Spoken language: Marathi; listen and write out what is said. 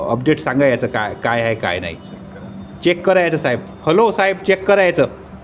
अपडेट सांगा याचं काय काय हाये काय नाही चेक करा याचं साहेब हलो साहेब चेक करा याचं